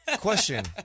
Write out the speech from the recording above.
Question